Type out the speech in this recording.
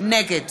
נגד